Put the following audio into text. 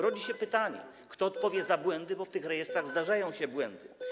Rodzi się pytanie: Kto odpowie za błędy, bo w tych rejestrach zdarzają się błędy?